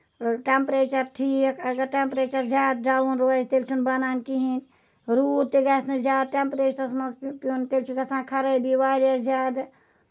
temperature ٹھیٖک اَگر temperature زیادٕ ڈَوُن روزِ تیٚلہِ چھُنہٕ بَنان کِہیٖنۍ روٗد تہِ گژھِ نہٕ زیادٕ ٹیمپریچرس منٛز پیوٚن تیٚلہِ چھُ گژھان خرٲبی واریاہ زیادٕ